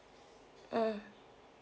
mm